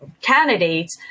candidates